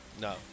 No